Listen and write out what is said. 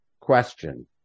Question